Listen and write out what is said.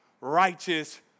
righteous